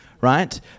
right